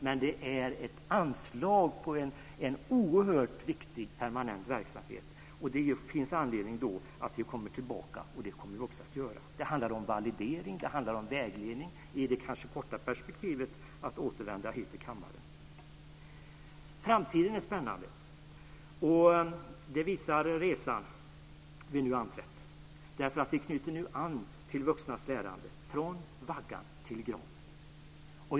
Men det är ett anslag på en oerhört viktig permanent verksamhet. Det finns alltså anledning att komma tillbaka och det kommer vi också att göra. Det handlar om validering, det handlar om vägledning, i det korta perspektivet kanske om att återkomma hit till kammaren. Framtiden är spännande. Det visar den resa vi nu anträtt. Vi knyter nu an till vuxnas lärande från vaggan till graven.